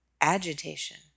agitation